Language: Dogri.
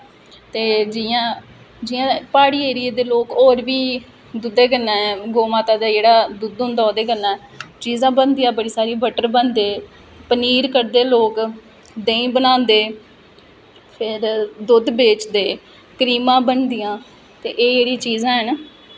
ते जि'यां जि'यां प्हाड़ी एरिये दे लोग होर बी दुद्धै कन्नै गौऽ माता दा जेह्ड़ा दुद्ध होंदा ओह्दे कन्नै चीजां बनदियां बड़ी सारियां बटर बनदे पनीर कड्ढदे लोक देहीं बनांदे फिर दुद्ध बेचदे क्रीमां बनदियां ते एह् जेह्ड़ियां चीज़ां हैन